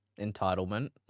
entitlement